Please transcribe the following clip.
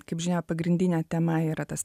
kaip žinia pagrindinė tema yra tas